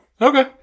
Okay